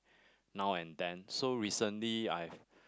now and then so recently I've